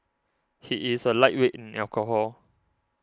he is a lightweight in alcohol